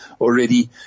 already